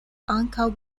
ankaŭ